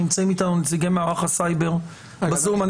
נמצאים איתנו נציגי מערך הסייבר בזום.